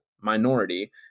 minority